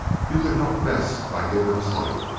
you can help best by giving us light.